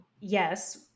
Yes